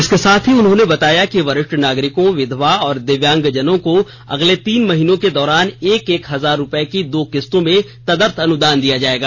इसके साथ ही उन्होंने बताया कि वरिष्ठ नागरिकों विधवा और दिव्यांगजनों को अगले तीन महीनों के दौरान एक एक हजार रूपये की दो किस्तों में तदर्थ अनुदान दिया जायेगा